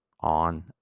on